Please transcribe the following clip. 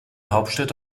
hauptstädte